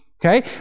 Okay